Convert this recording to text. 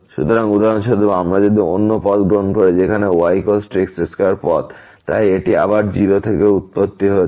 সুতরাং উদাহরণস্বরূপ যদি আমরা অন্য পথ গ্রহণ করি যেখানে y x2 পথ তাই এটি আবার 0 থেকে উৎপত্তি যাচ্ছে